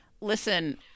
Listen